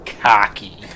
cocky